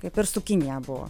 kaip ir su kinija buvo